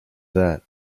that